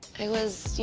i was, you